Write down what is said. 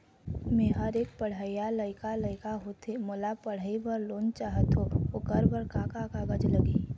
मेहर एक पढ़इया लइका लइका होथे मोला पढ़ई बर लोन चाहथों ओकर बर का का कागज लगही?